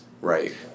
Right